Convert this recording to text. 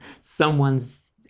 someone's